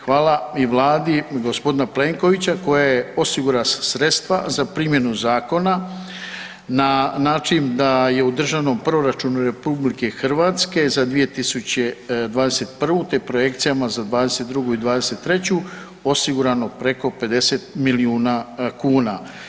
Hvala i Vladi g. Plenkovića koja je osigurala sredstva za primjenu zakona na način da je u državnom proračunu RH za 2021. te projekcijama za 2022. i 2023. osigurano preko 50 milijuna kuna.